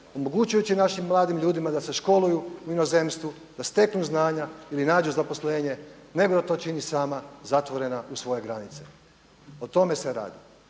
omogućujući našim mladim ljudima da se školuju u inozemstvu, da steknu znanja ili nađu zaposlenje, nego da to čini sama zatvorena u svoje granice. O tome se radi.